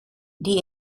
die